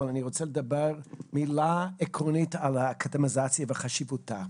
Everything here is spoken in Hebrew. אבל אני רוצה לדבר מילה עקרונית על אקדמיזציה וחשיבותה.